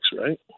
right